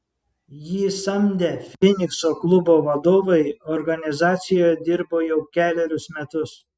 jį samdę finikso klubo vadovai organizacijoje dirbo jau kelerius metus